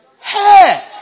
hey